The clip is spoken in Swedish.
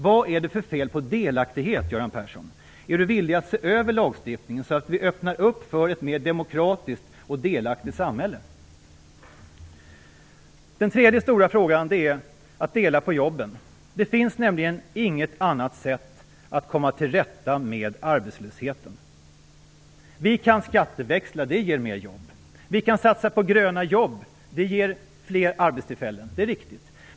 Vad är det för fel på delaktighet, Göran Persson? Är Göran Persson villig att se över lagstiftningen så att vi öppnar för ett mer demokratiskt och delaktigt samhälle? Den tredje stora frågan handlar om att dela på jobben. Det finns nämligen inget annat sätt att komma till rätta med arbetslösheten. Vi kan skatteväxla. Det ger mer jobb. Vi kan satsa på gröna jobb. Det ger fler arbetstillfällen. Det är riktigt.